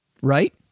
Right